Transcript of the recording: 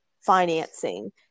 financing